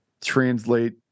translate